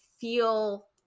feel